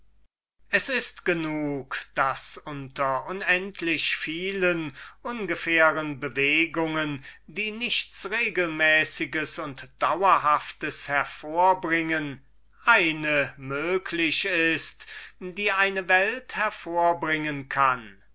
es ist genug daß unter unendlich vielen ungefähren bewegungen die nichts regelmäßiges und dauerhaftes hervorbringen eine möglich ist die eine welt hervorbringen kann